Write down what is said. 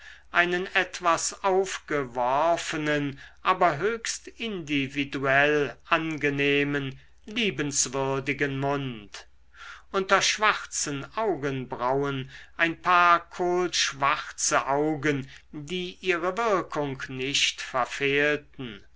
einen etwas aufgeworfenen aber höchst individuell angenehmen liebenswürdigen mund unter schwarzen augenbrauen ein paar kohlschwarze augen die ihre wirkung nicht verfehlten